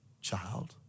child